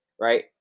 right